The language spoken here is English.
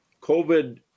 COVID